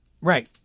Right